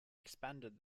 expanded